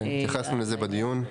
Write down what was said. כן, התייחסנו לזה בדיון.